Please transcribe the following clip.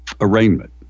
arraignment